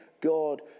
God